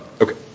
Okay